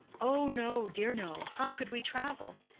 oh, no, dear, no. how could we travel?